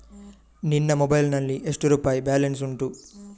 ನಿನ್ನ ಮೊಬೈಲ್ ನಲ್ಲಿ ಎಷ್ಟು ರುಪಾಯಿ ಬ್ಯಾಲೆನ್ಸ್ ಉಂಟು?